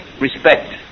respect